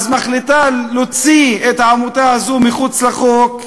אז מחליטה להוציא את העמותה הזו מחוץ לחוק.